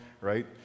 right